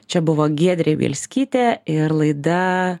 čia buvo giedrė bielskytė ir laida